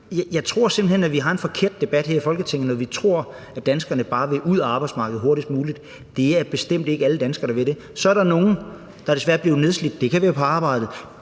Jeg tror simpelt hen, at vi har en forkert debat her i Folketinget, når vi tror, at danskerne bare vil ud af arbejdsmarkedet hurtigst muligt. Det er bestemt ikke alle danskere, der vil det. Så er der nogle, der desværre bliver nedslidt. Det kan være på arbejdet,